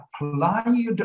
applied